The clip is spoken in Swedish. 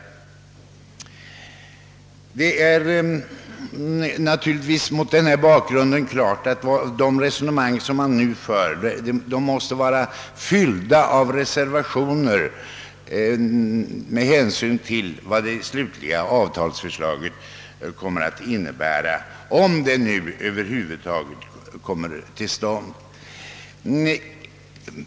Det är mot denna bakgrund klart att de resonemang som man kan föra måste vara fyllda av reservationer med hänsyn till vad det slutliga avtalsförslaget kommer att innebära, om det nu över huvud taget kommer till stånd.